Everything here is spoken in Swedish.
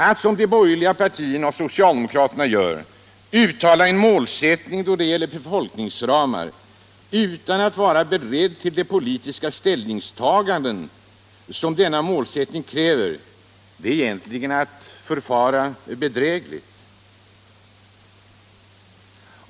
Att som de borgerliga partierna och socialdemokraterna fastställa mål när det gäller befolkningsramar utan att vara beredda till de politiska ställningstaganden som dessa mål kräver är egentligen att förfara bedrägligt.